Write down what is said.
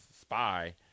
spy